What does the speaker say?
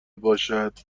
باشد